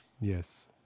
Yes